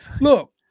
look